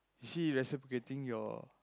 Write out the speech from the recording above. she reciprocating your